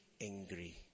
angry